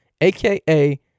AKA